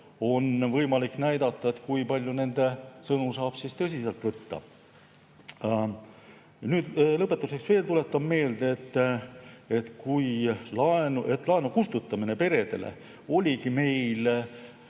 on võimalik näidata, kui palju nende sõnu saab tõsiselt võtta. Lõpetuseks veel tuletan meelde, et laenu kustutamine peredele oligi meil